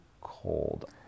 cold